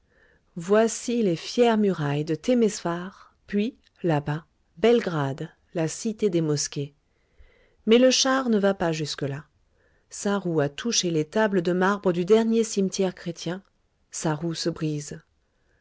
voici les fières murailles de temesvar puis là-bas belgrade la cité des mosquées mais le char ne va pas jusque-là sa roue a touché les tables de marbre du dernier cimetière chrétien sa roue